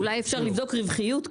אולי אפשר לבדוק רווחיות,